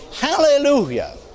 Hallelujah